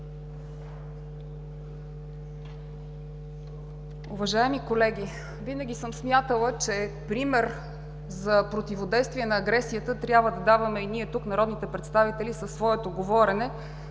Уважаеми колеги, винаги съм смятала, че пример за противодействие на агресията трябва да даваме и ние тук, народните представители, със своето говорене,